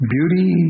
Beauty